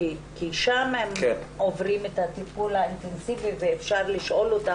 כי שם הם עוברים את הטיפול האינטנסיבי ואפשר לשאול אותם,